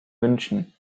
münchen